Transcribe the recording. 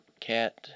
Cat